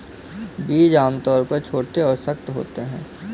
बीज आमतौर पर छोटे और सख्त होते हैं